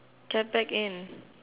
get back in